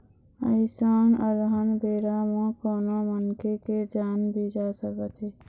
अइसन अलहन बेरा म कोनो मनखे के जान भी जा सकत हे